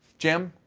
jim?